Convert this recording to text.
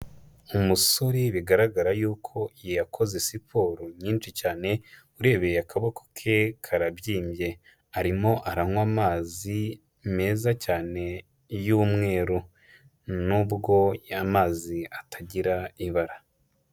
Umusore bigaragara y'uko yakoze siporo nyinshi cyane, urebeye akaboko ke karabyimbye, arimo aranywa amazi meza cyane y'umweru nubwo amazi atagira ibara.